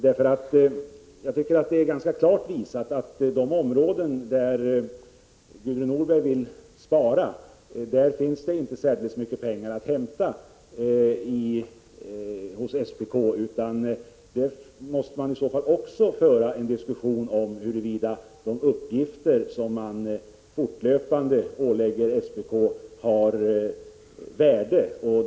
Det är ganska klart bevisat att det på de områden där Gudrun Norberg vill spara inte finns särskilt mycket pengar att hämta hos SPK. Det måste även där föras en diskussion om huruvida de uppgifter som fortlöpande åläggs SPK är av värde.